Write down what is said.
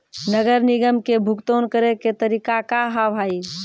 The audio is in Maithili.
नगर निगम के भुगतान करे के तरीका का हाव हाई?